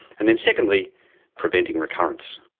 and then secondly preventing recurrence?